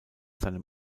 seinem